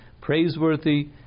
praiseworthy